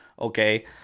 Okay